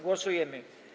Głosujemy.